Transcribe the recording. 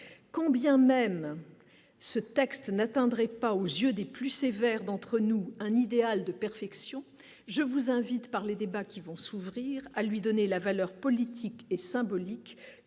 quand bien même ce texte n'atteindrait pas aux yeux des plus sévère d'entre nous, un idéal de perfection, je vous invite, par les débats qui vont s'ouvrir à lui donner la valeur politique et symbolique